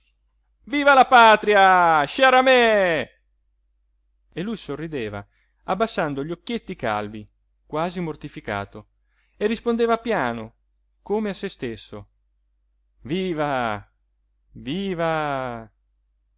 viva la patria sciaramè e lui sorrideva abbassando gli occhietti calvi quasi mortificato e rispondeva piano come a se stesso viva viva